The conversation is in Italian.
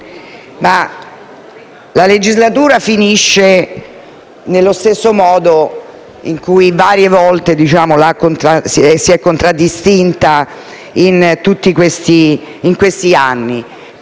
la legislatura finisce nello stesso modo in cui varie volte si è contraddistinta in questi anni: